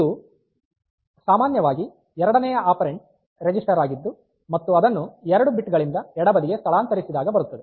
ಇದು ಸಾಮಾನ್ಯವಾಗಿ ಎರಡನೆಯ ಆಪೆರಾಂಡ್ ರಿಜಿಸ್ಟರ್ ಆಗಿದ್ದು ಮತ್ತು ಅದನ್ನು 2 ಬಿಟ್ ಗಳಿಂದ ಎಡಬದಿಗೆ ಸ್ಥಳಾಂತರಿಸಿದಾಗ ಬರುತ್ತದೆ